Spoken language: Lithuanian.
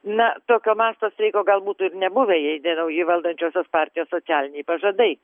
na tokio masto streiko gal būtų ir nebuvę jei ne nauji valdančiosios partijos socialiniai pažadai